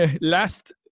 last